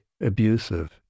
abusive